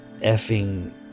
effing